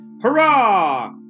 Hurrah